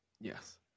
Yes